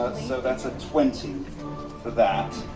so that's a twenty for that.